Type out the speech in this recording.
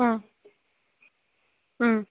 ꯎꯝ ꯎꯝ